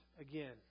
again